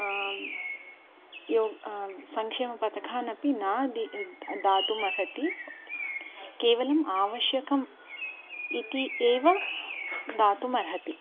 यो संक्षेमपतखानपि न दी द् दातुं अर्हति केवलम् आवश्यकम् इति एव दातुं अर्हति